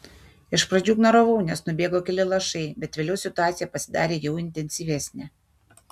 iš pradžių ignoravau nes nubėgo keli lašai bet vėliau situacija pasidarė jau intensyvesnė